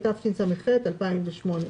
התשס"ח-2008,